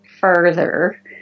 further